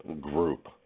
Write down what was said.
group